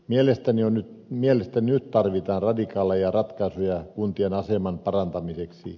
mielestäni nyt tarvitaan radikaaleja ratkaisuja kuntien aseman parantamiseksi